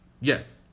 Yes